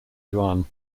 juan